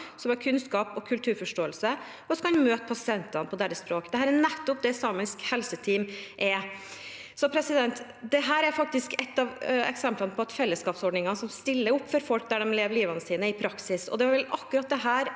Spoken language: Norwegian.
som har kunnskap og kulturforståelse, og som kan møte pasientene på deres språk. Det er nettopp det samisk helseteam er. Dette er et eksempel på en fellesskapsordning som stiller opp for folk der de lever livet sitt i praksis, og det er akkurat det